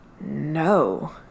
No